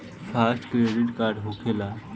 Fast credit का होखेला?